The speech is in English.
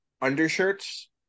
undershirts